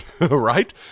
right